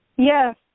Yes